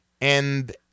And-